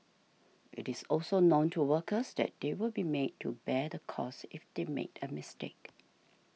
it is also known to workers that they will be made to bear the cost if they make a mistake